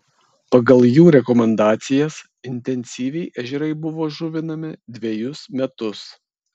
pagal jų rekomendacijas intensyviai ežerai buvo žuvinami dvejus metus